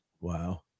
Wow